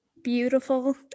beautiful